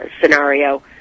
scenario